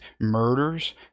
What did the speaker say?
murders